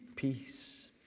peace